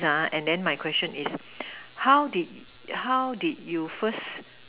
ya and then my question is how did how did you first